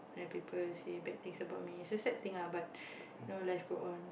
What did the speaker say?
and people say bad things about me it's a sad thing lah but you know life go on